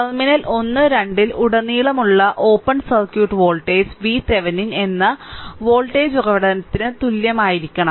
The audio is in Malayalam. ടെർമിനൽ 1 2 ൽ ഉടനീളമുള്ള ഓപ്പൺ സർക്യൂട്ട് വോൾട്ടേജ് VTheveni എന്ന വോൾട്ടേജ് ഉറവിടത്തിന് തുല്യമായിരിക്കണം